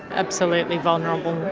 absolutely vulnerable.